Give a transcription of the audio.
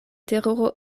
teruro